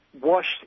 washed